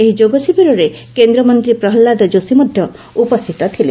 ଏହି ଯୋଗଶିବିରରେ କେନ୍ଦ୍ରମନ୍ତ୍ରୀ ପ୍ରହଲ୍ଲାଦ ଯୋଶୀ ମଧ୍ୟ ଉପସ୍ଥିତ ଥିଲେ